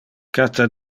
cata